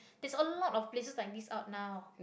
there's a lot of places like this out now